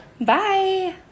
Bye